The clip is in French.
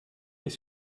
est